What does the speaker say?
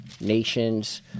nations